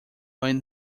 while